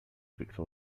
fixa